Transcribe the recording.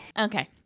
Okay